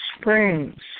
Springs